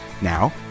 Now